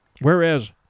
whereas